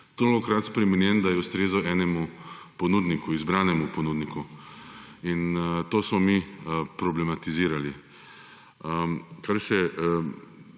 tolikokrat spremenjen, da je ustrezal enemu ponudniku, izbranemu ponudniku. In to smo mi problematizirali. Kar se